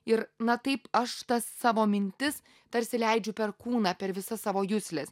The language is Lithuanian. ir na taip aš tas savo mintis tarsi leidžiu per kūną per visas savo jusles